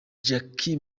jacky